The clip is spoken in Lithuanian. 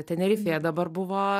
tenerifėje dabar buvo